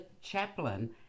chaplain